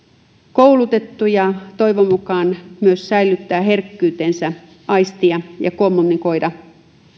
koulutettu ja toivon mukaan myös säilyttää herkkyytensä aistia ja kommunikoida